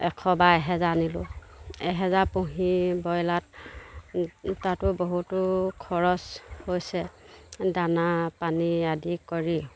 এশ বা এহেজাৰ আনিলোঁ এহেজাৰ পুহি ব্ৰইলাৰত তাতো বহুতো খৰচ হৈছে দানা পানী আদি কৰি